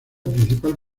principal